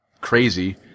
crazy